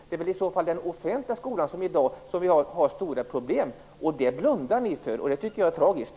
Det är i den offentliga skolan som det i dag finns stora problem. Det blundar ni för, och det tycker jag är tragiskt.